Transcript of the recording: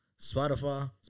Spotify